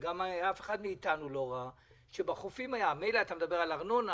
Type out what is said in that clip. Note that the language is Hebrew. וגם אף אחד מאיתנו לא ראה שבחופים האלה מילא אתה מדבר על ארנונה,